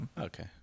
Okay